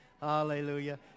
Hallelujah